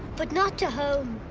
but not to home.